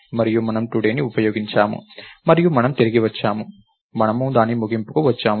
మరియు మనము టుడే ఉపయోగించాము మరియు మనము తిరిగి వచ్చాము మనము దాని ముగింపుకు వచ్చాము